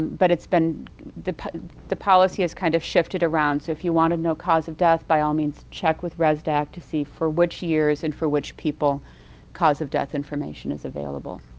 but it's been the the policy has kind of shifted around so if you want to know cause of death, by all means, check with resdac to see for which years and for which people cause of death information is available.